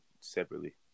separately